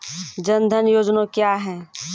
जन धन योजना क्या है?